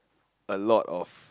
a lot of